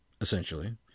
essentially